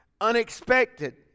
unexpected